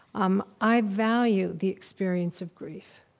um i value the experience of grief.